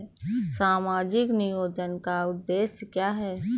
सामाजिक नियोजन का उद्देश्य क्या है?